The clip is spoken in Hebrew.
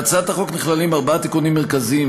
בהצעת החוק נכללים ארבעה תיקונים מרכזיים,